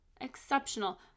exceptional